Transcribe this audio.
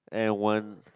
and one